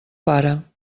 pare